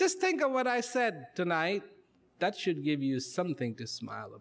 just think of what i said tonight that should give you something to smile